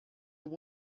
have